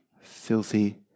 filthy